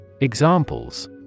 Examples